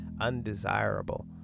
undesirable